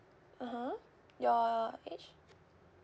(uh huh) your age